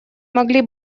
могли